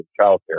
childcare